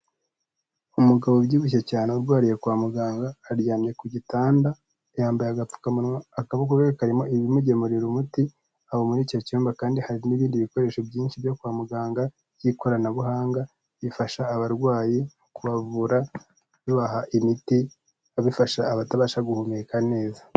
Umugabo ubyibushye cyane urwariye kwa muganga aryamye ku gitanda, yambaye agapfukamunwa, akaboko ke karimo ibimugemurira umuti. Aho muri icyo cyumba kandi hari n'ibindi bikoresho byinshi byo kwa muganga by'ikoranabuhanga bifasha abarwayi kubavura, bibaha imiti, bifasha abatabasha guhumeka neza.